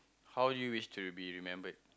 how would you wished to be remembered